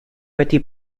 wedi